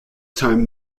time